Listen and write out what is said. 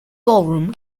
ballroom